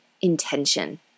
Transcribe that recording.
intention